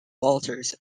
walters